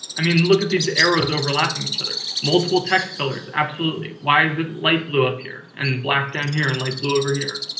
i mean, look at these arrows overlapping each other. multiple text colors. absolutely. why is it light blue up here and black down here and light blue over here?